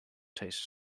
taste